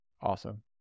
Awesome